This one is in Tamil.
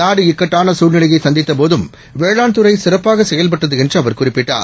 நாடுஇக்கட்டானசூழ்நிலையைசந்தித்தபோதும் வேளாண்துறைசிறப்பாகசெயல்பட்டதுஎன்றுஅவர்குறிப்பிட் டார்